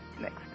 next